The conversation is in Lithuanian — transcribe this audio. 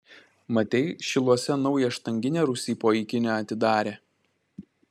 matei šiluose naują štanginę rūsy po ikine atidarė